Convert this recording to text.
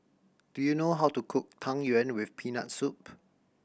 do you know how to cook Tang Yuen with Peanut Soup